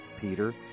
Peter